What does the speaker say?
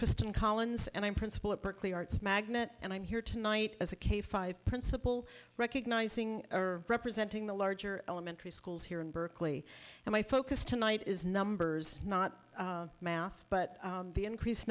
kristen collins and i'm principal at berkeley arts magnet and i'm here tonight as a k five principal recognizing or representing the larger elementary schools here in berkeley and my focus tonight is numbers not math but the increase